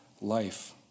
life